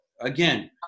again